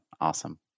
Awesome